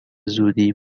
زودی